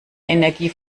energie